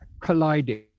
colliding